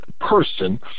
person